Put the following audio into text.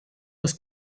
los